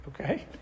Okay